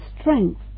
strength